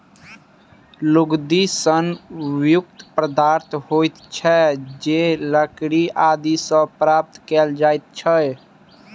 लुगदी सन युक्त पदार्थ होइत छै जे लकड़ी आदि सॅ प्राप्त कयल जाइत छै